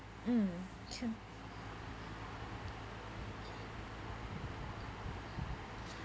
mm can